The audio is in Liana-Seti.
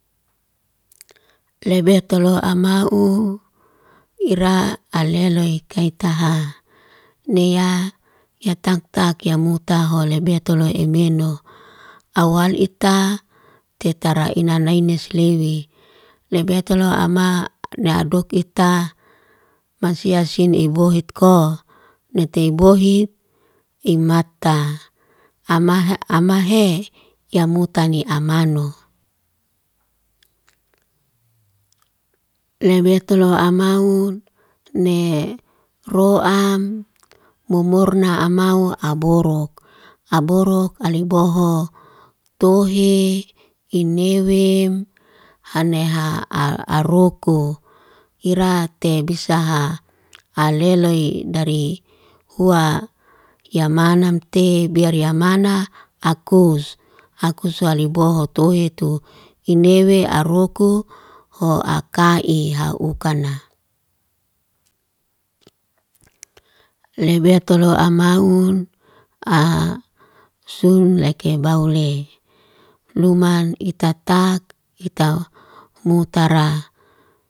Lebetolo amau ira aleloi kai taha. Nea yatantak yamutaho lebetolo emeno. Awal ita, tetara ina naini sliwi. Lebetolo ama neadok ita mansiyasin ibohitko. Neteibohit imata. Ama amahe, yamutani amano. lebetolo amaun ne roam mumurna amaun aborok. Aborok aliboho tohe inewem haneha a aroko. Ira tebisaha aleloi dari hua yamanamte biar yamana akus. Akusu aliboho tohetu. Inewe aroko hoa kai haukana. lebetolo amaun a sunleke baule. Luman itatak itamutara.